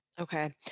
Okay